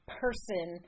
person